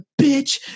bitch